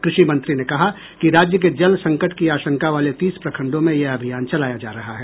कृषि मंत्री ने कहा कि राज्य के जल संकट की आशंका वाले तीस प्रखंडों में यह अभियान चलाया जा रहा है